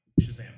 Shazam